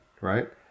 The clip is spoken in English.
right